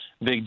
big